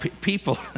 People